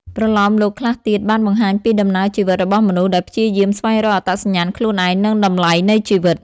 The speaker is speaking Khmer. ប្រលោមលោកខ្លះទៀតបានបង្ហាញពីដំណើរជីវិតរបស់មនុស្សដែលព្យាយាមស្វែងរកអត្តសញ្ញាណខ្លួនឯង និងតម្លៃនៃជីវិត។